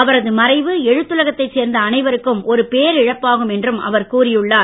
அவரது மறைவு எழுத்துலகத்தைச் சேர்ந்த அனைவருக்கும் ஒரு பேரிழப்பாகும் என்று அவர் கூறியுள்ளார்